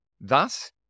thus